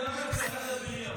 זה לא אומר שאתה צריך להיות בריון.